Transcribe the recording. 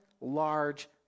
large